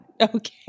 Okay